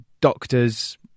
doctors